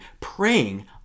praying